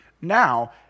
now